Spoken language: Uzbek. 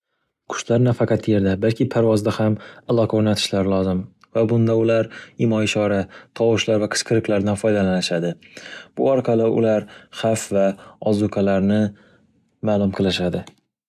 Qushlar nafaqat yerda, balki parvozda ham aloqa o'rnatishlari lozim va bunda ular imo-ishora, tovushlar va qichqiriqlardan foydalanishadi, bu orqali ular xavf va ozukalarni maʼlum qilishadi.